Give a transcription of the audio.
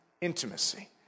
intimacy